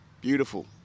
beautiful